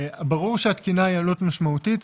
ברור שהתקינה היא עלות משמעותית,